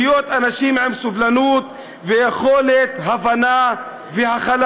פוליטיקה היא גם עניין של פשרות, חברת הכנסת מיכל